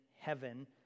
heaven